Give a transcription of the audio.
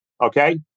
Okay